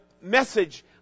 message